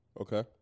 Okay